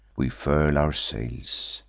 we furl our sails,